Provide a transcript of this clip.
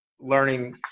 learning